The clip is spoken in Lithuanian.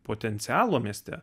potencialo mieste